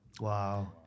Wow